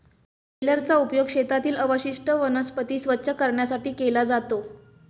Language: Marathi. बेलरचा उपयोग शेतातील अवशिष्ट वनस्पती स्वच्छ करण्यासाठी केला जातो